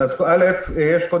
שום